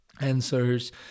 answers